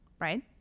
Right